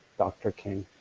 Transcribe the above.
dr. king.